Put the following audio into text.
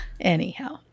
Anyhow